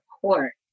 court